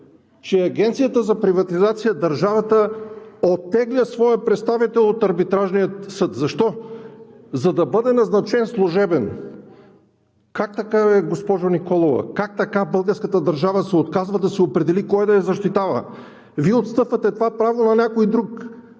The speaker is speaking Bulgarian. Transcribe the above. че Агенцията за приватизация, държавата, оттегля своя представител от Арбитражния съд. Защо? За да бъде назначен служебен! Как така, госпожо Николова, как така българската държава се отказва да се определи кой да я защитава? Вие отстъпвате това право на някой друг.